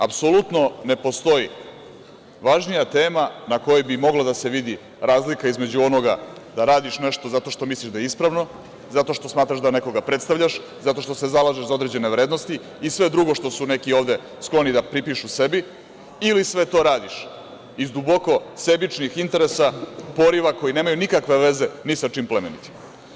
Apsolutno, ne postoji važnija tema na kojoj bi mogla da se vidi razlika između onoga da radiš nešto, zato što misliš da je ispravno, zato što smatraš da nekoga predstavljaš, zato što se zalažeš za određene vrednosti i sve drugo što su neki skloni ovde sebi da pripišu ili sve to radiš iz duboko sebičnih interesa, poriva koji nemaju nikakve veze ni sa čim plemenitim?